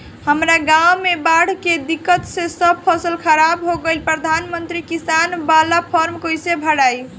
हमरा गांव मे बॉढ़ के दिक्कत से सब फसल खराब हो गईल प्रधानमंत्री किसान बाला फर्म कैसे भड़ाई?